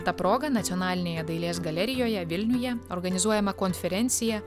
ta proga nacionalinėje dailės galerijoje vilniuje organizuojama konferencija